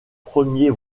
premier